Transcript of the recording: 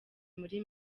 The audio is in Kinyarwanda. muri